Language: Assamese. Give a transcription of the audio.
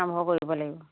আৰম্ভ কৰিব লাগিব